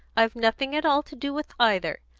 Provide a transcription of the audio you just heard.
i've nothing at all to do with either.